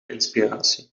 inspiratie